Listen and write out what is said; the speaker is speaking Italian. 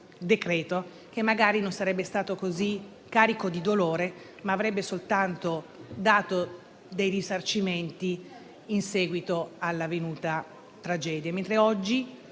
esame, che magari non sarebbe stato così carico di dolore, ma avrebbe soltanto previsto dei risarcimenti in seguito all'avvenuta tragedia.